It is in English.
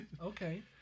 Okay